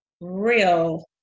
real